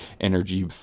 energy